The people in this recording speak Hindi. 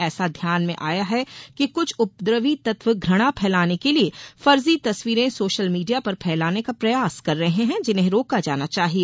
ऐसा ध्यान में आया है कि कृछ उपद्रवी तत्व घृणा फैलाने के लिए फर्जी तस्वीरें सोशल मीडिया पर फैलाने का प्रयास कर रहे हैं जिन्हें रोका जाना चाहिए